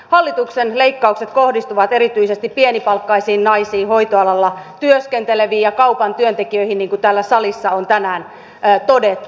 hallituksen leikkaukset kohdistuvat erityisesti pienipalkkaisiin naisiin hoitoalalla työskenteleviin ja kaupan työntekijöihin niin kuin täällä salissa on tänään todettu